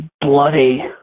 bloody